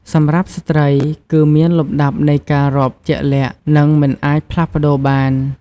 សម្រាប់ ស្ត្រី គឺមានលំដាប់នៃការរាប់ជាក់លាក់ និងមិនអាចផ្លាស់ប្ដូរបាន។